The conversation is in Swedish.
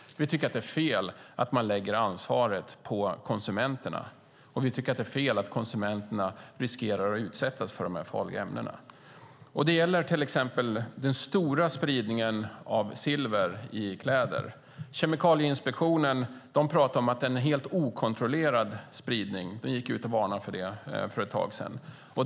Vi tycker att det är fel att man lägger ansvaret på konsumenterna, och vi tycker att det är fel att konsumenterna riskerar att utsättas för de farliga ämnena. Det gäller till exempel den stora användningen av silver i kläder. Kemikalieinspektionen säger att det är en helt okontrollerad spridning och varnade för det för ett tag sedan.